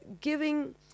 giving